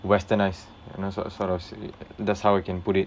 westernised and that's so~ sort of that's how I can put it